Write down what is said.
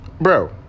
bro